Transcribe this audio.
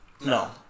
No